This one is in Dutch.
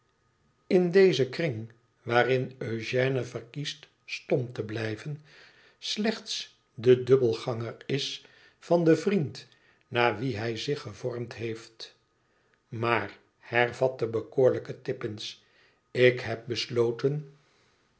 in dezen kring waarin eugène verkiest stom te blijven slechts de dubbelgangel is van den vriend naar wien hij zich gevormd heeft tmaar hervat de bekoorlijke tippins tik heb besloten